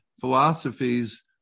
philosophies